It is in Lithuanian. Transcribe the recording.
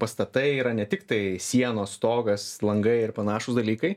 pastatai yra ne tiktai sienos stogas langai ir panašūs dalykai